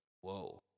whoa